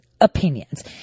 opinions